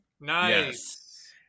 Nice